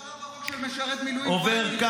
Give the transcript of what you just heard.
זאת ההגדרה בחוק של משרת מילואים פעיל, חבר הכנסת.